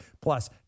plus